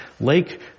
lake